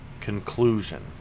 conclusion